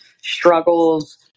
struggles